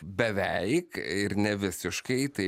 beveik ir ne visiškai tai